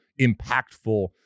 impactful